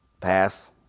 Pass